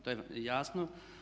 To je jasno.